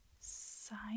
sign